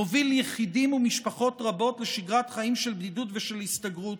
מוביל יחידים ומשפחות רבות לשגרת חיים של בדידות ושל הסתגרות.